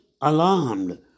alarmed